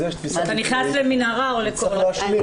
אתה נכנס למנהרה או לחניון.